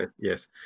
Yes